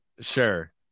sure